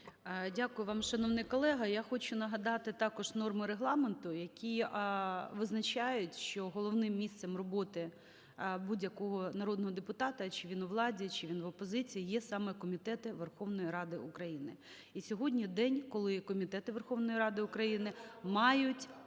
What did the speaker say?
Дякую вам, шановний колего. Я хочу нагадати також норми Регламенту, які визначають, що головним місцем роботи будь-якого народного депутата – чи він у владі, чи він в опозиції – є саме комітети Верховної Ради України.